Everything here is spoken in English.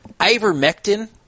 ivermectin